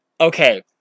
Okay